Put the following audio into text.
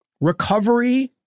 Recovery